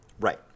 Right